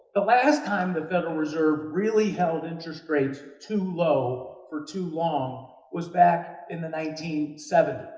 the last time the federal reserve really held interest rates too low for too long was back in the nineteen seventy